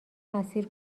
اسیر